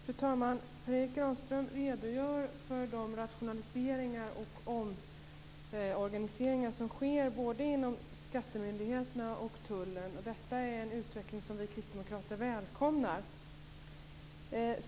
Fru talman! Per Erik Granström redogör för de rationaliseringar och omorganisationer som sker inom både skattemyndigheterna och tullen. Detta är en utveckling som vi kristdemokrater välkomnar.